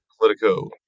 Politico